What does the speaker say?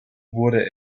wurde